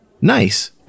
nice